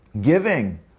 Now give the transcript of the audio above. Giving